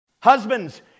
husbands